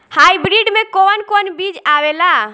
Hybrid में कोवन कोवन बीज आवेला?